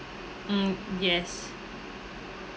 mm yes